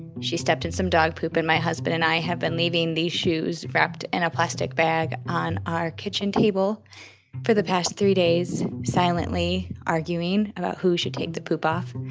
she stepped in some dog poop, and my husband and i have been leaving these shoes wrapped in a plastic bag on our kitchen table for the past three days silently arguing about who should take the poop off.